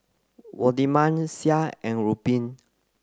Waldemar Sean and Ruben